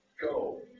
Go